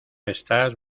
estas